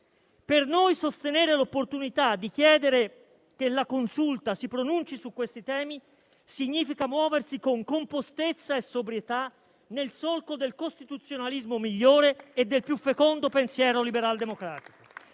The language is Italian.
Per noi sostenere l'opportunità di chiedere che la Consulta si pronunci su questi temi significa muoversi con compostezza e sobrietà nel solco del costituzionalismo migliore e del più fecondo pensiero liberaldemocratico.